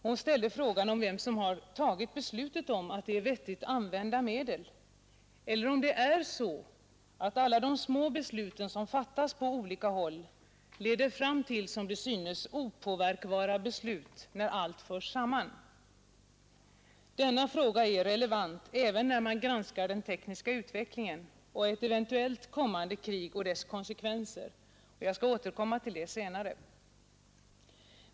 Hon ställde frågan vem som har tagit beslutet om att detta är vettigt använda medel eller om det är så att alla de små besluten som fattas på olika håll leder fram till, som det synes, opåverkbara beslut när allt förs samman. Denna fråga är relevant även när man granskar den tekniska utvecklingen och ett eventuellt kommande krig och dess konsekvenser, och jag skall återkomma till det senare.